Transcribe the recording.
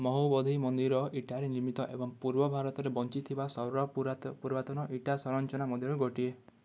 ମହାବୋଧି ମନ୍ଦିର ଇଟାରେ ନିର୍ମିତ ଏବଂ ପୂର୍ବ ଭାରତରେ ବଞ୍ଚିଥିବା ସର୍ବ ପୁରାତ ପୁରାତନ ଇଟା ସଂରଚନା ମଧ୍ୟରୁ ଗୋଟିଏ